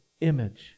image